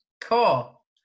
Cool